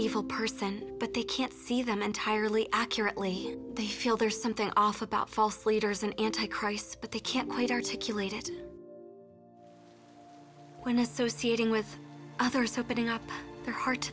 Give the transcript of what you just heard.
evil person but they can't see them entirely accurately they feel there's something off about false leaders an anti christ but they can't quite articulate it when associating with others opening up their heart